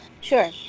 Sure